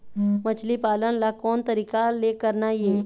मछली पालन ला कोन तरीका ले करना ये?